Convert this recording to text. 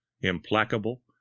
implacable